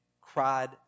cried